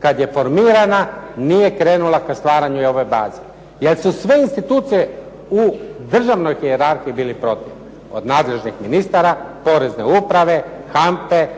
kada je formirana nije krenula ka stvaranju ove baze. Jer su sve institucije u državnoj hijerarhiji bile protiv. Od nadležnih ministara, Porezne uprave, HANFA-e,